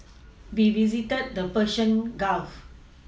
we visited the Persian Gulf